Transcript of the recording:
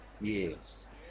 Yes